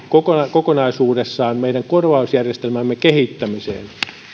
kokonaisuudessaan meidän korvausjärjestelmämme kehittämiseen